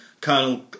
Colonel